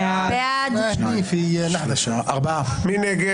מי נגד?